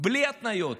בלי התניות.